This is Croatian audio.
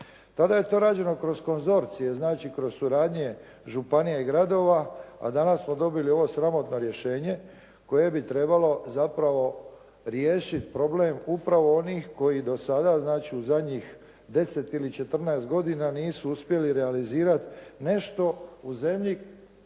Tada je to rađeno kroz konzorcije, znači kroz suradnje županija i gradova, a danas smo dobili ovo sramotno rješenje koje bi trebalo zapravo riješiti problem upravo onih koji do sada, znači u zadnjih 10 ili 14 godina nisu uspjeli realizirati nešto u zemlji